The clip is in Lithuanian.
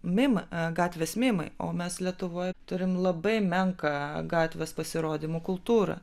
mim gatvės mimai o mes lietuvoj turim labai menką gatvės pasirodymų kultūrą